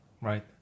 Right